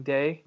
Day